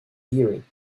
hearing